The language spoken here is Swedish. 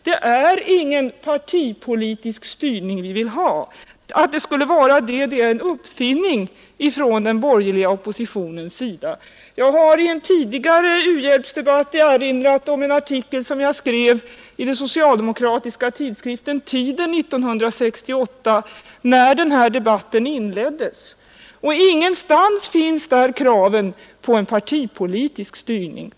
Det är ingen partipolitisk styrning vi vill ha — det är en uppfinning av den borgerliga oppositionen. Jag har i en tidigare u-hjälpsdebatt erinrat om en artikel som jag skrev i den socialdemokratiska tidskriften Tiden 1968, när den här diskussionen inleddes. Ingenstans ställs där krav på en partipolitisk styrning.